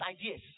ideas